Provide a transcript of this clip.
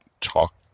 talk